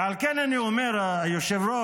ועל כן אני אומר, היושב-ראש,